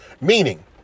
Meaning